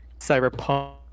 cyberpunk